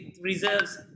reserves